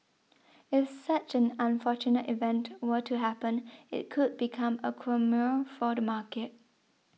if such an unfortunate event were to happen it could become a quagmire for the market